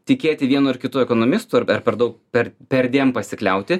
tikėti vienu ir kitų ekonomistu ar per daug per perdėm pasikliauti